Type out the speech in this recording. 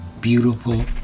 beautiful